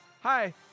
hi